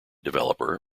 developer